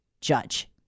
judge